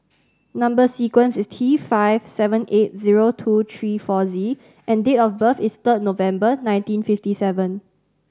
number sequence is T five seven eight zero two three four Z and date of birth is third November nineteen fifty seven